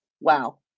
Wow